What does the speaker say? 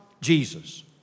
Jesus